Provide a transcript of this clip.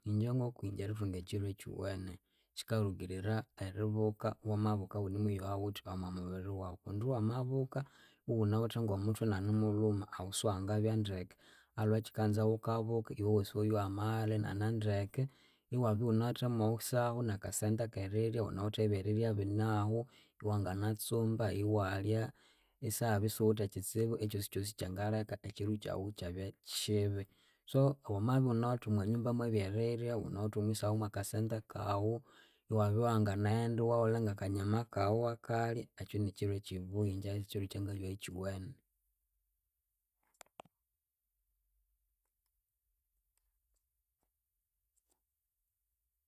Ingye ngokwingye erithunga ekyiro ekyiwene kyikarugirira eribuka wamabuka iwunemuyowa wuthi omwamubiri wawu kundi wamabuka iwunawithe ngomuthwe inanemulhuma ahu siwangabya ndeke. Aliwe kyikanza wukabuka iwowosi iwayowa amaghalha nanendeke iwabya iwunawithe omwisahu akasente akerirya wunawithe ebyerirya binahu iwanginatsumba iwalya isihabya isiwuwithe ekyitsibu kyosi kyangaleka ekyiru kyawu kyabyakyibi so wamabya iwunawithe omwanyumba mwebyerirya wunawithe omwisahu mwakasente kawu iwabya wanginaghenda iwawulha ngakanyama kawu iwakalya ekyu nikyiru kyibuya ingye kyiru kyangayowa kyiwene